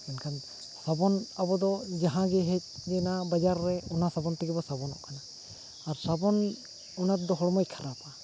ᱮᱱᱠᱷᱟᱱ ᱥᱟᱵᱚᱱ ᱟᱵᱚ ᱫᱚ ᱡᱟᱦᱟᱸ ᱜᱮ ᱦᱮᱡ ᱮᱱᱟ ᱵᱟᱡᱟᱨ ᱨᱮ ᱚᱱᱟ ᱥᱟᱵᱚᱱ ᱛᱮᱜᱮ ᱵᱚ ᱥᱟᱵᱚᱱᱚᱜ ᱠᱟᱱᱟ ᱟᱨ ᱥᱟᱵᱚᱱ ᱚᱱᱟ ᱛᱮᱫᱚ ᱦᱚᱲᱢᱚᱭ ᱠᱷᱟᱨᱟᱯᱟ